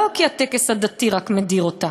לא רק כי הטקס הדתי מדיר אותה,